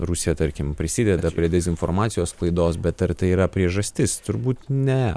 rusija tarkim prisideda prie dezinformacijos sklaidos bet ar tai yra priežastis turbūt ne